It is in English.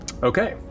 Okay